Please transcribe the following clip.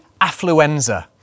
affluenza